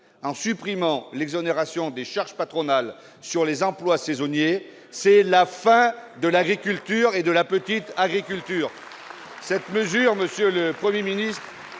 En supprimant l'exonération des charges patronales sur les emplois saisonniers, on signe la fin de l'agriculture, en particulier de la petite agriculture